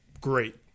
great